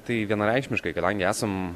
tai vienareikšmiškai kadangi esam